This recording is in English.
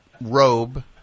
robe